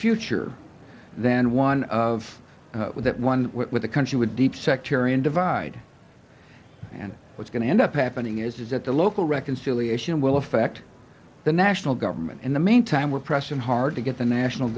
future than one of that one with the country would deep sectarian divide and what's going to end up happening is that the local reconciliation will affect the national government in the meantime we're pressing hard to get the national